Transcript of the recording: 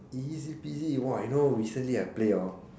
easy peasy !wah! you know recently I play hor